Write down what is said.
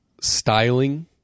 styling